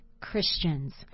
Christians